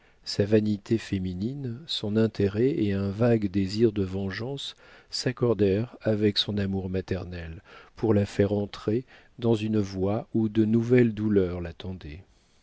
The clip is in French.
sa vanité féminine son intérêt et un vague désir de vengeance s'accordèrent avec son amour maternel pour la faire entrer dans une voie où de nouvelles douleurs l'attendaient